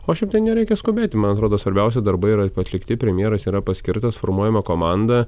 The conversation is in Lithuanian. o šiaip tai nereikia skubėti man atrodo svarbiausi darbai yra atlikti premjeras yra paskirtas formuojama komanda